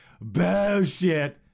bullshit